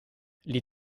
les